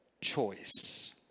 choice